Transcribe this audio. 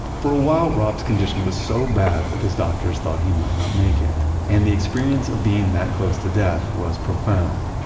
for a while, rob's condition was so bad that his doctors thought he might not make it and the experience of being that close to death was profound.